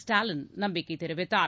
ஸ்டாலின் நம்பிக்கை தெரிவித்தார்